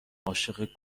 عاشق